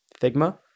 Figma